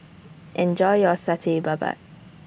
Enjoy your Satay Babat